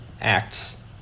acts